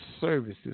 Services